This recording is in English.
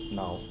now